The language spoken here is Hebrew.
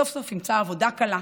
סוף-סוף ימצא עבודה קלה,